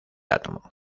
átomo